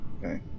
Okay